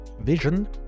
vision